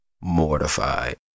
mortified